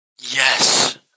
Yes